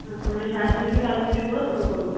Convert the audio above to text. আচ্ছা মানে সাড়ে তিনশো সাড়ে তিনশো করে দুটো পড়বে